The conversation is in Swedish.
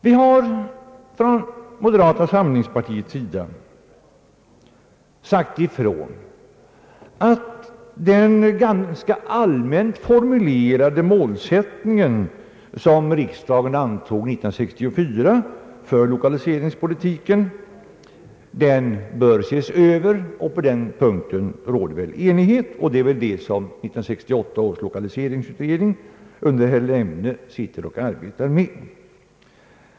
Vi har från moderata samlingspartiets sida sagt ifrån att den ganska allmänt formulerade målsättning för lokaliseringspolitiken som riksdagen antog 1964 bör ses över. På den punkten råder enighet, och det är dessa frågor 1968 års lokaliseringsutredning under herr Lemne arbetar med.